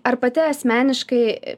ar pati asmeniškai